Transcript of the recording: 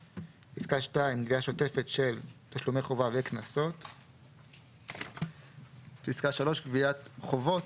(2) "גבייה שוטפת של תשלומי חובה וקנסות"; (3) "גביית חובות,